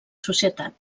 societat